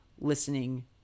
listening